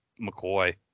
McCoy